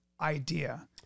idea